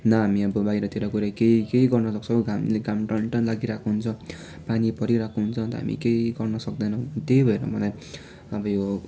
न हामी अब बाहिरतिर गएर के केही सक्छौँ घामले घाम टलटल लागिरहेको हुन्छ पानी परिरहेको हुन्छ अन्त हामी केही गर्न सक्दैनौँ त्यही भएर मलाई अब यो